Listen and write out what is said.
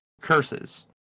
curses